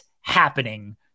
happening